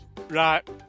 Right